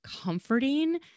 comforting